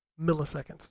milliseconds